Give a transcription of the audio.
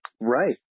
Right